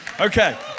okay